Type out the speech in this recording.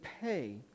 pay